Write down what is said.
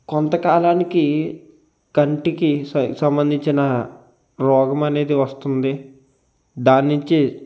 కొంతకాలానికి కంటికి సం సంబంధించిన రోగమనేది వస్తుంది దాని నుంచి